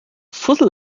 fussel